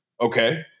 okay